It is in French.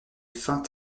fins